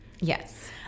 Yes